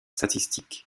statistiques